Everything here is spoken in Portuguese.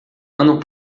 andam